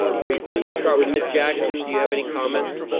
ah briefly. we'll start with miss jackson. do you have any comments?